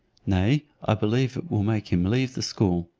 nay, i believe it will make him leave the school.